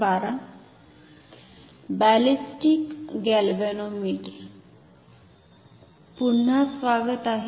ballistic galvanometer पुन्हा स्वागत आहे